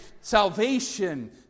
salvation